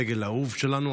הדגל האהוב שלנו,